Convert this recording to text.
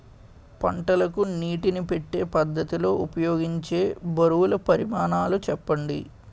పంటలకు నీటినీ పెట్టే పద్ధతి లో ఉపయోగించే బరువుల పరిమాణాలు చెప్పండి?